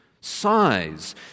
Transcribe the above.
size